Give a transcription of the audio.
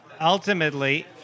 ultimately